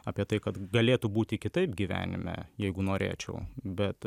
apie tai kad galėtų būti kitaip gyvenime jeigu norėčiau bet